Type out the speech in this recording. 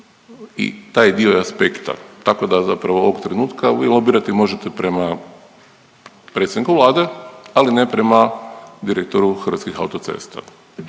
i taj dio aspekta, tako da zapravo ovog trenutka vi lobirati možete prema predsjedniku Vlade, ali ne prema direktoru Hrvatskih autocesta.